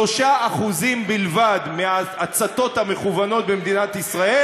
3% בלבד מההצתות המכוונות במדינת ישראל